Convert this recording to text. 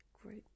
great